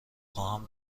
خواهم